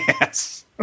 Yes